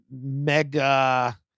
Mega